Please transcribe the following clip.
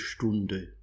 Stunde